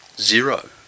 zero